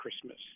Christmas